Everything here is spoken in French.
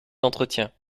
d’entretien